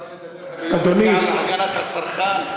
מותר לדבר ביום כזה על הגנת הצרכן,